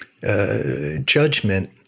judgment